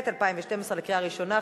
התשע"ב 2012, בקריאה ראשונה.